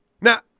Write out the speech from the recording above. Now